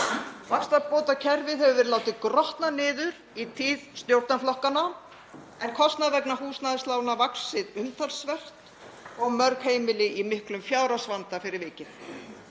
Vaxtabótakerfið hefur verið látið grotna niður í tíð stjórnarflokkanna en kostnaður vegna húsnæðislána hefur vaxið umtalsvert og mörg heimili í miklum fjárhagsvanda fyrir vikið.